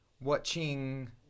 Watching